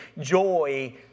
Joy